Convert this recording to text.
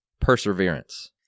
perseverance